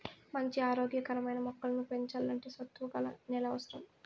మంచి ఆరోగ్య కరమైన మొక్కలను పెంచల్లంటే సత్తువ గల నేల అవసరం